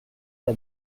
n’a